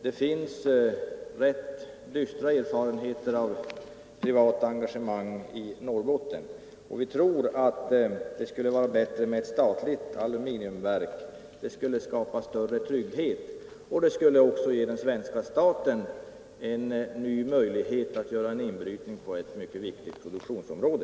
Det finns rätt dystra erfarenheter av privata engagemang i Norrbotten, och vi tror att det skulle vara bättre med ett statligt aluminiumverk än att privata intressen är inblandade. Det skulle skapa större trygghet, och det skulle också ge svenska staten en möjlighet att göra en inbrytning på ett mycket viktigt produktionsområde.